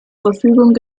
verfügung